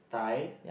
Thai